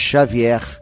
Xavier